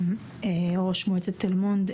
ראש מועצת תל מונד,